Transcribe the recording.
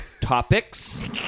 topics